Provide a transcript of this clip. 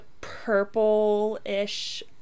purple-ish